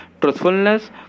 truthfulness